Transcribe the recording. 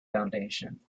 foundation